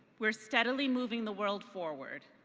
we're steadily moving the world forward.